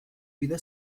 vida